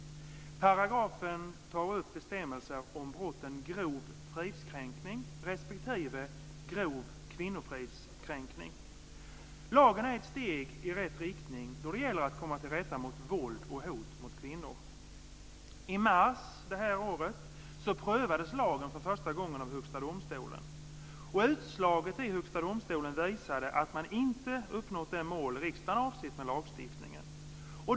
Paragrafen tar upp bestämmelser om brotten grov fridskränkning respektive grov kvinnofridskränkning. Lagen är ett steg i rätt riktning då det gäller att komma till rätta med våld och hot mot kvinnor. I mars i år prövades lagen för första gången av Högsta domstolen. Utslaget där visade att man inte uppnått det mål som riksdagen avsett med lagstiftningen.